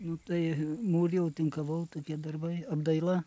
nu tai mūrijau tinkavau tokie darbai apdaila